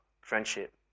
friendship